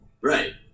Right